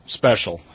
special